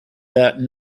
that